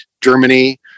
Germany